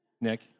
Nick